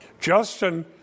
Justin